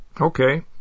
Okay